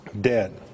Dead